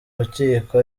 rukiko